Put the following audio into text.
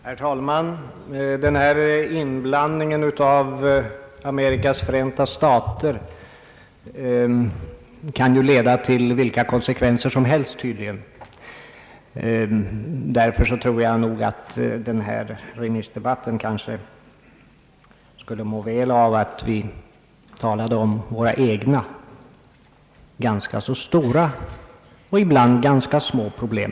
Herr talman! Den här inblandningen av Amerikas Förenta stater kan tydligen leda till vilka konsekvenser som helst. Därför tror jag nog att denna remissdebatt skulle må väl av att vi talade om våra egna ibland ganska stora och ibland ganska små problem.